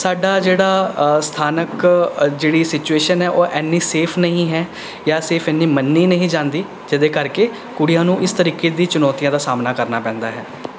ਸਾਡਾ ਜਿਹੜਾ ਸਥਾਨਕ ਜਿਹੜੀ ਸਿਚੁਏਸ਼ਨ ਹੈ ਉਹ ਐਨੀ ਸੇਫ਼ ਨਹੀਂ ਹੈ ਜਾਂ ਸੇਫ਼ ਐਨੀ ਮੰਨੀ ਨਹੀਂ ਜਾਂਦੀ ਜਿਹਦੇ ਕਰਕੇ ਕੁੜੀਆਂ ਨੂੂੰ ਇਸ ਤਰੀਕੇ ਦੀ ਚੁਣੌਤੀਆਂ ਦਾ ਸਾਹਮਣਾ ਕਰਨਾ ਪੈਂਦਾ ਹੈ